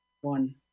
one